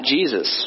Jesus